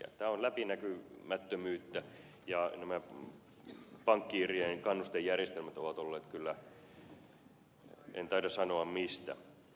tämä on läpinäkymättömyyttä ja nämä pankkiirien kannustejärjestelmät ovat kyllä olleet en taida sanoa mistä